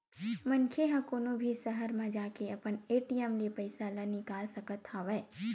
मनखे ह कोनो भी सहर म जाके अपन ए.टी.एम ले पइसा ल निकाल सकत हवय